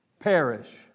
Perish